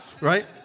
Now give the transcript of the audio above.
Right